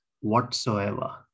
whatsoever